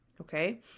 okay